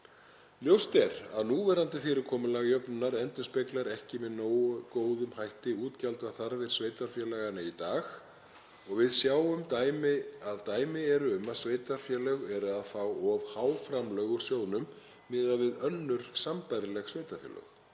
Ljóst er að núverandi fyrirkomulag jöfnunar endurspeglar ekki með nógu góðum hætti útgjaldaþarfir sveitarfélaganna í dag og við sjáum að dæmi eru um að sveitarfélög eru að fá of há framlög úr sjóðnum miðað við önnur sambærileg sveitarfélög.